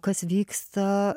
kas vyksta